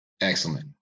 excellent